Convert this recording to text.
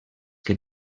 que